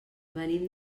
venim